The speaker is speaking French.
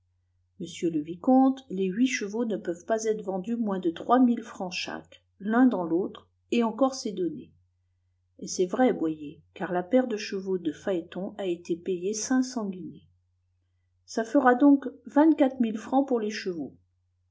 monsieur le vicomte les huit chevaux ne peuvent pas être vendus moins de trois mille francs chaque l'un dans l'autre et encore c'est donné et c'est vrai boyer car la paire de chevaux de phaéton a été payée cinq cents guinées ça fera donc vingt-quatre mille francs pour les chevaux